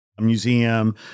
Museum